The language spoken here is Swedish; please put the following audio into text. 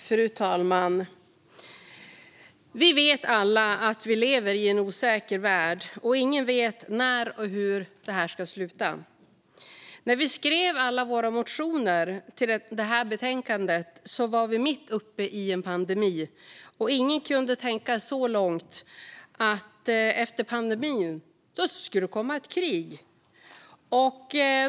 Fru talman! Vi vet alla att vi lever i en osäker värld, och ingen vet när och hur detta ska sluta. När vi skrev alla våra motioner till detta betänkande var vi mitt uppe i en pandemi. Ingen kunde tänka så långt som att efter pandemin skulle det komma ett krig.